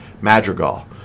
Madrigal